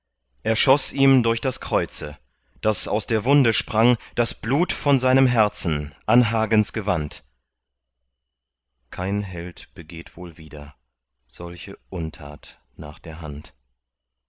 er schoß ihm durch das kreuze daß aus der wunde sprang das blut von seinem herzen an hagens gewand kein held begeht wohl wieder solche untat nach der hand